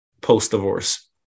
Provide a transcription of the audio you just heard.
post-divorce